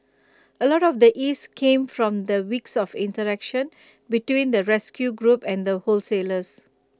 A lot of the ease came from weeks of interaction between the rescue group and the wholesalers